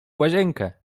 łazienkę